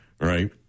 right